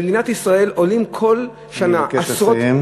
במדינת ישראל עולים כל שנה עשרות, אני מבקש לסיים.